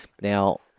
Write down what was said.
Now